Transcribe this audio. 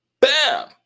Bam